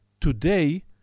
Today